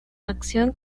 acción